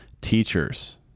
teachers